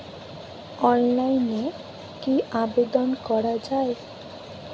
অনলাইনে কি আবেদন করা য়ায়?